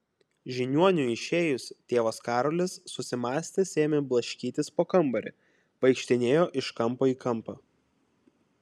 žiniuoniui išėjus tėvas karolis susimąstęs ėmė blaškytis po kambarį vaikštinėjo iš kampo į kampą